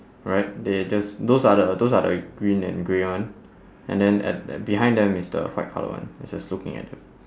right they just those are the those are the green and grey one and then at at behind them is the white colour one it's just looking at them